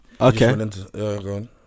okay